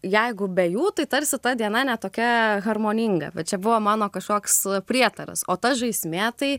jeigu be jų tai tarsi ta diena ne tokia harmoninga va čia buvo mano kažkoks prietaras o ta žaismė tai